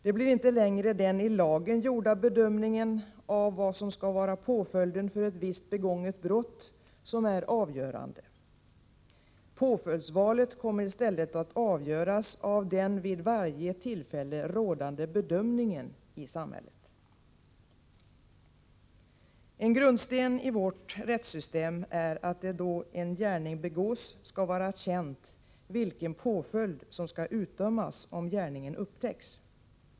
Det blir inte längre den i lagen gjorda bedömningen av vad som skall vara påföljden för ett visst begånget brott som är avgörande. Påföljdsvalet kommer i stället att avgöras av den vid varje tillfälle rådande bedömningen i samhället. En grundsten i vårt rättssystem är att det då en gärning begås skall vara känt vilken påföljd som skall utdömas om gärningen upptäcks.